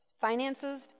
Finances